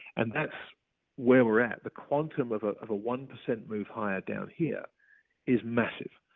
and that's where we're at. the quantum of ah of a one percent move higher down here is massive.